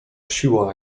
siła